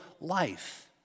life